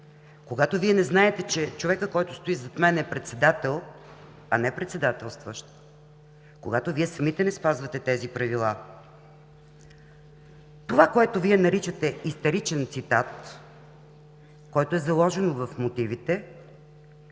когато Вие дори не знаете, че човекът, който стои зад мен, е председател, а не председателстващ. Когато Вие самите не спазвате тези правила! Това, което Вие наричате „истеричен цитат“, което е заложено в мотивите,